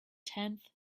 tenth